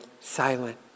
silent